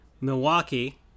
Milwaukee